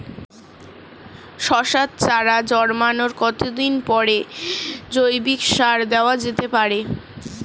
শশার চারা জন্মানোর কতদিন পরে জৈবিক সার দেওয়া যেতে পারে?